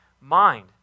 mind